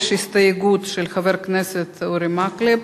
יש הסתייגות של חבר הכנסת אורי מקלב.